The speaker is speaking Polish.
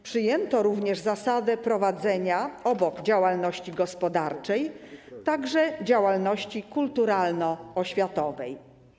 Przyjęto również zasadę prowadzenia, obok działalności gospodarczej, także działalności kulturalno-oświatowej.